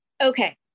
Okay